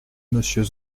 monsieur